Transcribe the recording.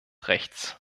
rechts